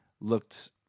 looked